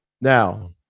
now